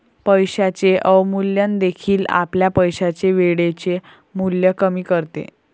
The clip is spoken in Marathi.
पैशाचे अवमूल्यन देखील आपल्या पैशाचे वेळेचे मूल्य कमी करते